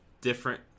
different